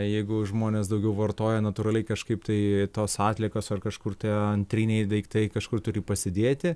jeigu žmonės daugiau vartoja natūraliai kažkaip tai tos atliekos ar kažkur tie antriniai daiktai kažkur turi pasidėti